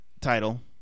Title